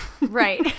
Right